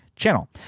channel